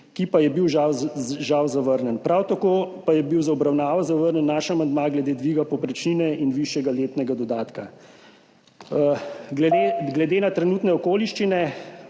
ki pa je bil žal zavrnjen. Prav tako pa je bil z obravnavo zavrnjen naš amandma glede dviga povprečnine in višjega letnega dodatka. Glede na trenutne okoliščine,